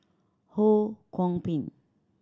Ho Kwon Ping